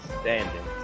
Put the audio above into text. standing